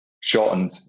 shortened